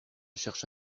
cherche